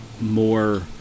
more